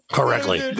correctly